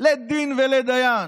לית דין ולית דיין,